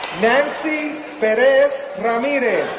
nancy perez ramirez